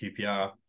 QPR